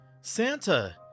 Santa